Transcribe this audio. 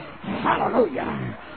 Hallelujah